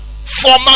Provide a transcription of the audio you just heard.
Former